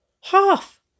half